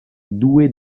doué